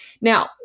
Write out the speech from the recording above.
Now